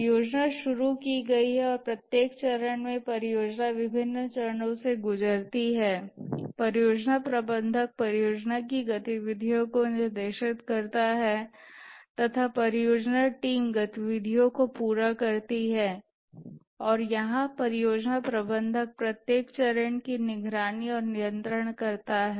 परियोजना शुरू की गई है और प्रत्येक चरण में परियोजना विभिन्न चरणों से गुजरती है और परियोजना प्रबंधक परियोजना की गतिविधियों को निर्देशित करता है तथा परियोजना टीम गतिविधियों को पूरा करती है और यहाँ परियोजना प्रबंधक प्रत्येक चरण की निगरानी और नियंत्रण करता है